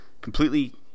completely